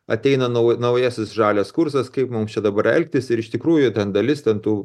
ateina nau naujasis žalias kursas kaip mum čia dabar elgtis ir iš tikrųjų ten dalis ten tų